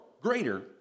greater